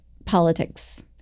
politics